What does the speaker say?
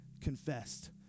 Confessed